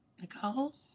Nicole